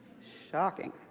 shocking.